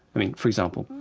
i mean for example,